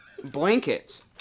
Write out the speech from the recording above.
Blankets